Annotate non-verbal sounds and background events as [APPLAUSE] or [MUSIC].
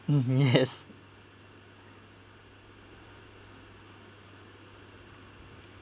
mm yes [LAUGHS]